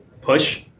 push